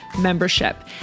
membership